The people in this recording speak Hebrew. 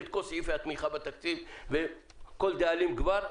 את כל סעיפי התמיכה בתקציב וכל דאלים גבר,